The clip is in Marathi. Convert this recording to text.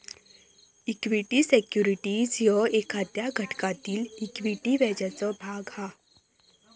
इक्वीटी सिक्युरिटीज ह्यो एखाद्या घटकातील इक्विटी व्याजाचो भाग हा